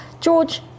George